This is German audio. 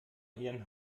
ihren